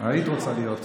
היית רוצה להיות.